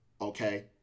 okay